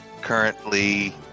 currently